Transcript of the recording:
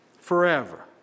forever